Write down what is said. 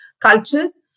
cultures